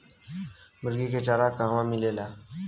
मुर्गी के चारा कहवा मिलेला?